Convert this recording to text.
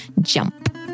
jump